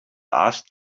asked